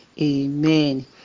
amen